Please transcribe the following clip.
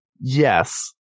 Yes